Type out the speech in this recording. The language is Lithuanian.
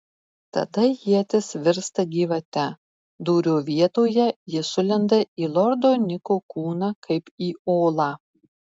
tada ietis virsta gyvate dūrio vietoje ji sulenda į lordo niko kūną kaip į olą